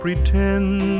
Pretend